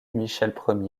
michel